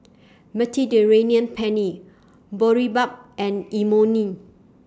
Mediterranean Penne Boribap and Imoni